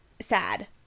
sad